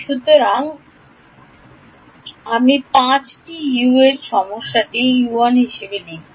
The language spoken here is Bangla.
সুতরাং আমি 5 টি U এর এই সমস্যাটিতে U1 লিখব